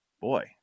Boy